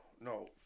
no